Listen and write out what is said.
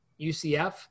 UCF